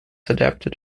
adapted